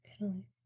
Italy